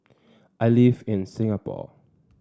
I live in Singapore